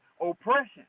oppression